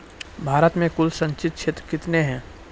भारत मे कुल संचित क्षेत्र कितने हैं?